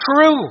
true